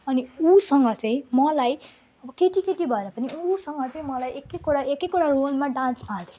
अनि उसँग चाहिँ मलाई अब केटीकेटी भएर पनि उसँग चाहिँ मलाई एक एकवटा एक एकवटा रोलमा डान्समा हालिदिन्थ्यो